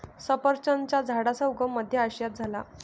सफरचंदाच्या झाडाचा उगम मध्य आशियात झाला